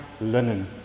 linen